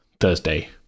Thursday